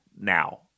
now